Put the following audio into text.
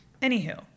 Anywho